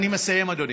אני מסיים, אדוני.